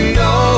no